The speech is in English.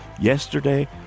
Yesterday